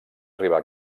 arribar